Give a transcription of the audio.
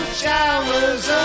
showers